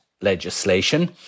legislation